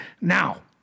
Now